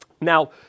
Now